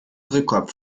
druckkopf